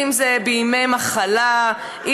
אם זה בימי מחלה,